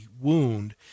wound